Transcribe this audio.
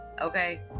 okay